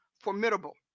formidable